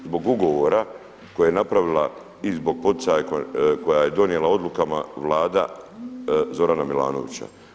Zbog ugovora kojeg je napravila i zbog poticaja koja je donijela odlukama Vlada Zorana Milanovića.